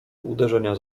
uderzenia